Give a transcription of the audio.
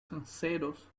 cencerros